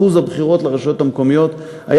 שיעור הבחירות לרשויות המקומיות היה